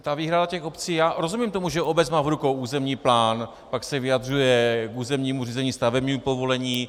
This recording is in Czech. Ta výhrada obcí já rozumím tomu, že obec má v rukou územní plán, pak se vyjadřuje k územnímu řízení, stavebnímu povolení.